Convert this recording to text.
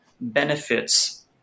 benefits